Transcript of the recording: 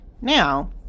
now